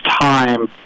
time